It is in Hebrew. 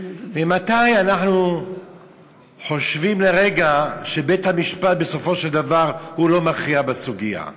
ממתי אנחנו חושבים לרגע שבית-המשפט בסופו של דבר לא מכריע בסוגיה?